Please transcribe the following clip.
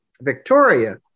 Victoria